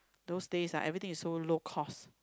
those days ah everything is so low cost